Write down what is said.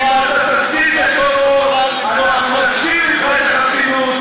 לא תוכל למנוע את חופש הביטוי שלי.